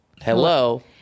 hello